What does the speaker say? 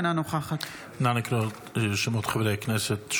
אינה נוכחת נא לקרוא שוב בשמות חברי הכנסת.